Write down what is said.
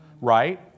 right